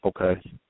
Okay